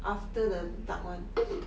after the dark one